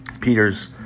Peter's